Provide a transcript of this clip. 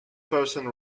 person